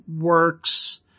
works